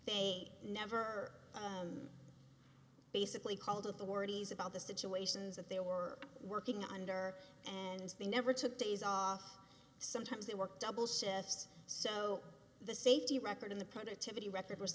they never basically called authorities about the situations that they were working under and they never took days off sometimes they work double shifts so the safety record in the productivity record was